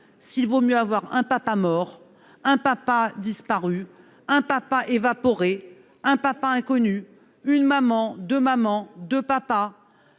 s'il vaut mieux avoir un papa mort, un papa disparu ou évaporé, un papa inconnu, une maman, deux mamans, deux papas,